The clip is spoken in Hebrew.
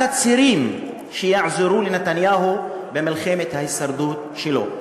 הצירים שיעזרו לנתניהו במלחמת ההישרדות שלו.